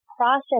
process